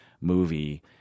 movie